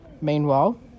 Meanwhile